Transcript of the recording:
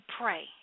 pray